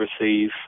receive